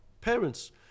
parents